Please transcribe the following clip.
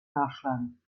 nachschlagen